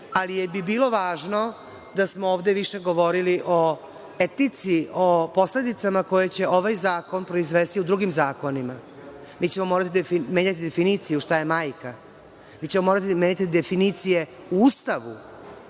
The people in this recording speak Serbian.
bi bilo važno da smo ovde više govorili o etici, o posledicama koje će ovaj zakon proizvesti u drugim zakonima. Mi ćemo morati menjati definiciju šta je majka. Mi ćemo morati menjati definicije u Ustavu